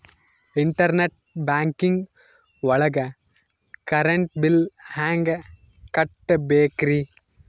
Internet banking ಒಳಗ್ current bill ಹೆಂಗ್ ಕಟ್ಟ್ ಬೇಕ್ರಿ?